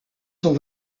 sont